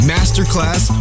Masterclass